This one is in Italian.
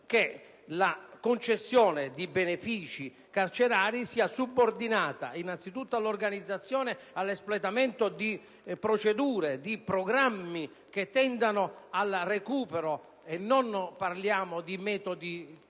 che la concessione di benefici carcerari sia subordinata innanzitutto all'organizzazione e all'espletamento di procedure e programmi che tendano al recupero del detenuto: non parliamo di metodi barbarici